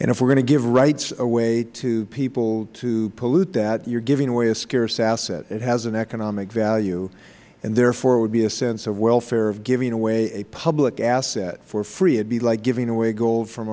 and if we're going to give rights away to people to pollute that you are giving away a scarce asset it has an economic value and therefore it would be a sense of welfare of giving away a public asset for free it would be like giving away gold